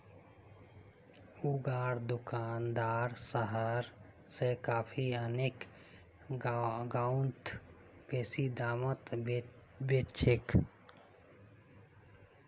गांउर दुकानदार शहर स कॉफी आने गांउत बेसि दामत बेच छेक